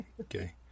okay